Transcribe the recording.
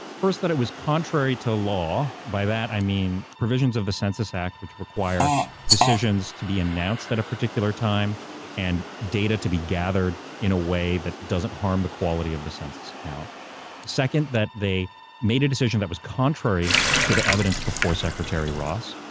first, that it was contrary to law. by that i mean provisions of the census act which require decisions to be announced at a particular time and data to be gathered in a way that doesn't harm the quality of the census count second, that they made a decision that was contrary to the evidence before secretary ross,